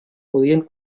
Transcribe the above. podien